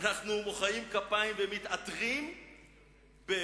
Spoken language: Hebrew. אנחנו מוחאים כפיים ומתעטרים בזה.